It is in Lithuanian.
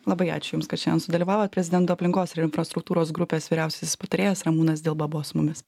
labai ačiū jums kad šiandien sudalyvavot prezidento aplinkos ir infrastruktūros grupės vyriausiasis patarėjas ramūnas dilba buvo su mumis